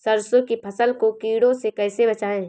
सरसों की फसल को कीड़ों से कैसे बचाएँ?